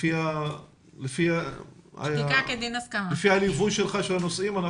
לפי הליווי שלך של הנושאים,